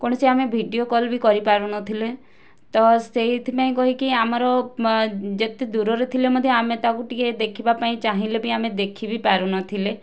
କୌଣସି ଆମେ video call ବି କରି ପାରୁନଥିଲେ ତ ସେଇଥିପାଇଁ କହିକି ଆମର ଯେତେ ଦୂରରେ ଥିଲେ ମଧ୍ୟ ଆମେ ତାକୁ ଟିକିଏ ଦେଖିବାପାଇଁ ଚାହିଁଲେ ବି ଆମେ ଦେଖିବି ପାରୁନଥିଲେ